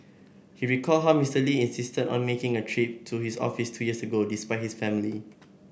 he recalled how Mister Lee insisted on making a trip to his office two years ago despite his family